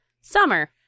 Summer